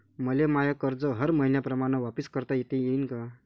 मले माय कर्ज हर मईन्याप्रमाणं वापिस करता येईन का?